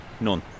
None